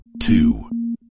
Two